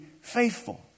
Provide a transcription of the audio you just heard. faithful